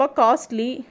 costly